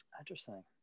interesting